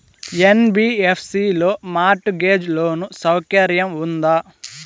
NBFC లో mortgage loan సౌకర్యం ఉందా?